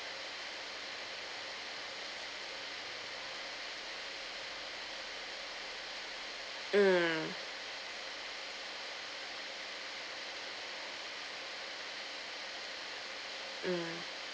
mm mm